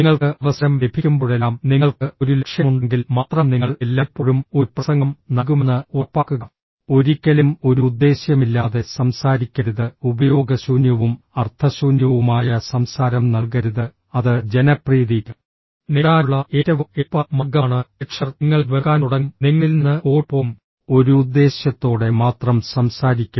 നിങ്ങൾക്ക് അവസരം ലഭിക്കുമ്പോഴെല്ലാം നിങ്ങൾക്ക് ഒരു ലക്ഷ്യമുണ്ടെങ്കിൽ മാത്രം നിങ്ങൾ എല്ലായ്പ്പോഴും ഒരു പ്രസംഗം നൽകുമെന്ന് ഉറപ്പാക്കുക ഒരിക്കലും ഒരു ഉദ്ദേശ്യമില്ലാതെ സംസാരിക്കരുത് ഉപയോഗശൂന്യവും അർത്ഥശൂന്യവുമായ സംസാരം നൽകരുത് അത് ജനപ്രീതി നേടാനുള്ള ഏറ്റവും എളുപ്പ മാർഗമാണ് പ്രേക്ഷകർ നിങ്ങളെ വെറുക്കാൻ തുടങ്ങും നിങ്ങളിൽ നിന്ന് ഓടിപ്പോകും ഒരു ഉദ്ദേശ്യത്തോടെ മാത്രം സംസാരിക്കും